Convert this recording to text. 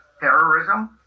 terrorism